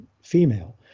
female